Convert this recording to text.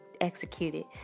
executed